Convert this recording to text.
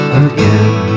again